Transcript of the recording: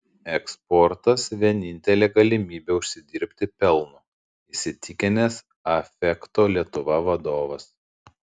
eksportas vienintelė galimybė užsidirbti pelno įsitikinęs affecto lietuva vadovas